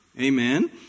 Amen